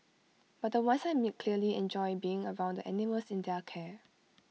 but the ones I meet clearly enjoy being around the animals in their care